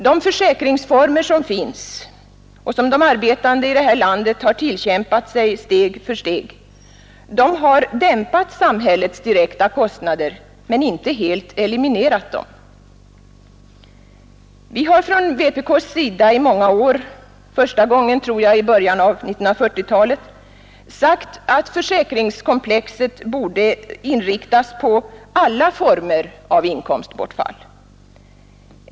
De försäkringsformer som finns och som de arbetande i detta land har tillkämpat sig steg för steg har dämpat samhällets direkta kostnader men inte helt eliminerat dem. Vi har från vpk:s sida i många år — första gången, tror jag, i början av 1940-talet — sagt att försäkringskomplexet borde inriktas på alla former av inkomstbortfall.